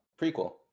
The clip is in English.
Prequel